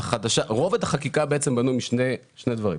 רובד החקיקה בעצם בנוי משני דברים.